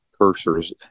cursors